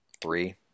Three